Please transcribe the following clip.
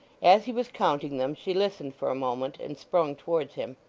as he was counting them, she listened for a moment, and sprung towards him.